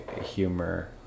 humor